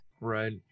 right